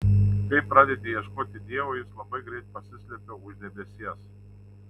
kai pradedi ieškoti dievo jis labai greit pasislepia už debesies